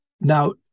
Now